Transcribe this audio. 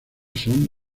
son